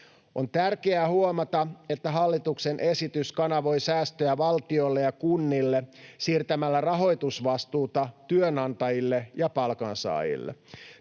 On tärkeää huomata, että hallituksen esitys kanavoi säästöjä valtiolle ja kunnille siirtämällä rahoitusvastuuta työnantajille ja palkansaajille.